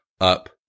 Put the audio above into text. up